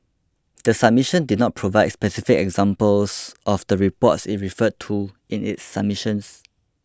the submission did not provide specific examples of the reports it referred to in its submission